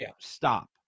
Stop